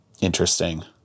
interesting